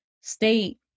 state